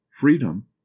freedom